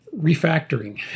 refactoring